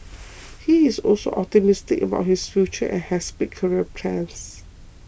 he is also optimistic about his future and has big career plans